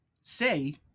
say